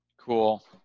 Cool